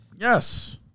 Yes